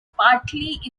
partly